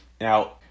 Now